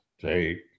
take